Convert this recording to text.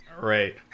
Right